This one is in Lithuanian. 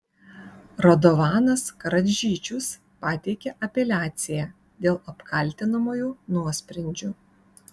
radovanas karadžičius pateikė apeliaciją dėl apkaltinamųjų nuosprendžių